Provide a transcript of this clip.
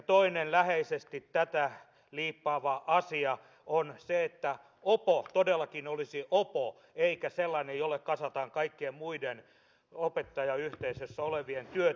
toinen läheisesti tätä liippaava asia on se että opo todellakin olisi opo eikä sellainen jolle kasataan kaikkien muiden opettajayhteisössä olevien työt